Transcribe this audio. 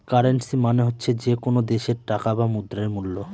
currency মানে হচ্ছে যে কোনো দেশের টাকা বা মুদ্রার মুল্য